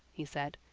he said.